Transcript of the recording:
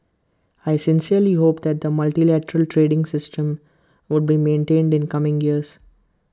I sincerely hope that the multilateral trading system would be maintained in coming years